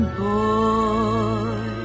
boy